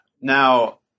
Now